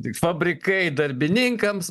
tik fabrikai darbininkams